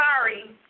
sorry